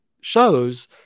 shows